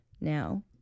now